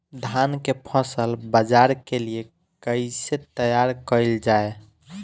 धान के फसल बाजार के लिए कईसे तैयार कइल जाए?